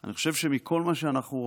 אני חושב שכל מה שאנחנו רואים,